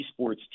esports